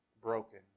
broken